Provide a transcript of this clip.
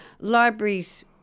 libraries